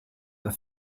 the